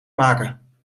maken